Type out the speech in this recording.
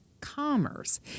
commerce